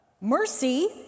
mercy